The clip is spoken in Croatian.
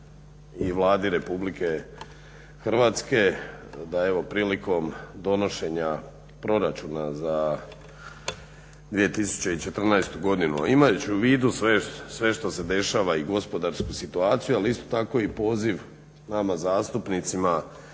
i Vladi Republike Hrvatske da prilikom donošenja proračuna za 2014. godinu, a imajući u vidu sve što se dešava i gospodarsku situaciju, ali isto tako i poziv nama zastupnicima